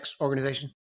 Organization